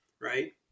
Right